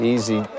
Easy